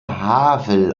havel